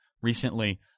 Recently